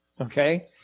okay